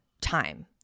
time